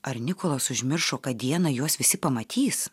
ar nikolas užmiršo kad dieną juos visi pamatys